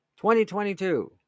2022